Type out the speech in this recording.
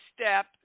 step